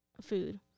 food